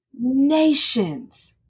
nations